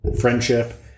friendship